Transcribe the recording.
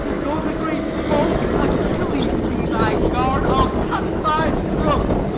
though the great bulk achilles be thy guard, i'll cut thy throat.